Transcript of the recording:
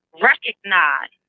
recognize